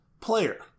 player